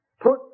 put